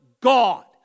God